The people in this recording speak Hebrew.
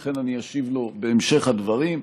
לכן אני אשיב לו בהמשך הדברים.